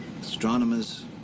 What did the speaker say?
astronomers